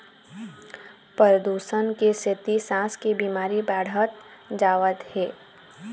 परदूसन के सेती सांस के बिमारी बाढ़त जावत हे